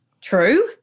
true